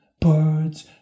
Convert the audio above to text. birds